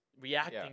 reacting